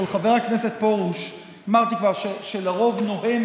אבל חבר הכנסת פרוש, אמרתי כבר, שלרוב נוהם